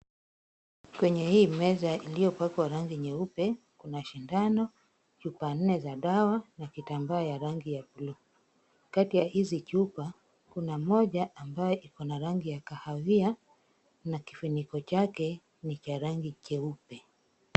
Kwenye hii meza iliyopakwa rangi nyeupe, kuna shindano, chupa nne za dawa na kitambaa ya rangi ya blue . Kati ya hizi chupa, kuna moja ambaye iko na rangi ya kahawia na kifuniko chake ni cha rangi cheupe.